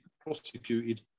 prosecuted